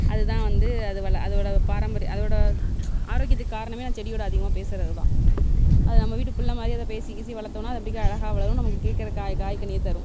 அதுதான் வந்து அதோட பாரம்பரியம் அதோட ஆரோக்கியத்துக்கு காரணம் அந்த செடியோட அதிகமாக பேசுவது தான் அது நம்ம வீட்டு பிள்ளை மாதிரி அதை பேசிகீசி வளர்த்தோனா அது அப்படிகா அழகாக வளரும் நமக்கு கேக்கிற காய்கனியை தரும்